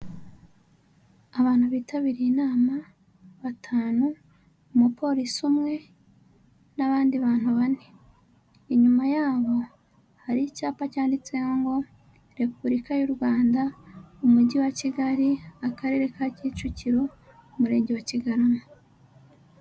Abantu bitabiriye inama batanu, umupolisi umwe n'abandi bantu bane, inyuma yabo hari icyapa cyanditseho ngo Repubulika y'u Rwanda, umujyi wa Kigali, akarere ka Kicukiro, umurenge wa Kigarama.